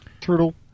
Turtle